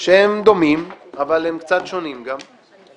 שהם דומים אבל הם קצת שונים גם.